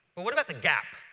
but what about the gap,